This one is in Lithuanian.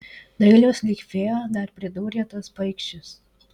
dailios lyg fėjos dar pridūrė tas paikšis